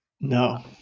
No